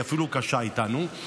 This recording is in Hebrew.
היא אפילו קשה איתנו.